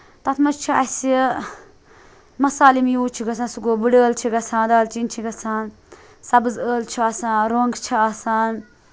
تَتھ مَنٛز چھِ اَسہِ مسالہٕ یِم یوز چھِ گَژھان سُہ گوٚو بڑٕ ٲل چھِ گَژھان دالچیٖن چھِ گَژھان سَبٕز ٲلہٕ چھِ آسان رۄنگ چھِ آسان